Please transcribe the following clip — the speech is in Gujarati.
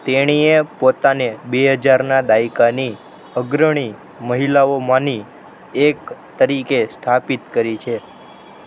તેણીએ પોતાને બેહજારના દાયકાની અગ્રણી મહિલાઓમાંની એક તરીકે સ્થાપિત કરી છે